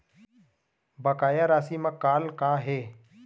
बकाया राशि मा कॉल का हे?